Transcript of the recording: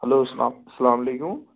hello اسلام اسلامُ علیکُم